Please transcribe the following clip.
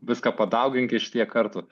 viską padaugink iš tiek kartų